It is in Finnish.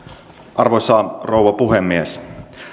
arvoisa rouva puhemies